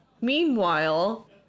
Meanwhile